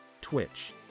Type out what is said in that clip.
Twitch